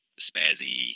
spazzy